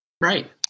Right